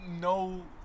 no